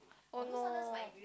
oh no